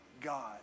God